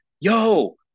yo